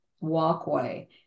walkway